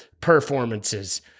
performances